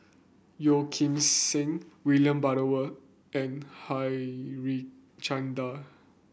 Yeo Kim Seng William Butterworth and Harichandra